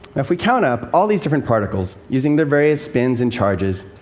if we count up all these different particles using their various spins and charges,